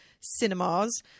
cinemas